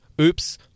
oops